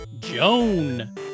Joan